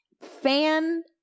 Fan